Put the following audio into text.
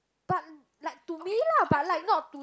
but like to me lah but like not to